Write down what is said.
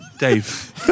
Dave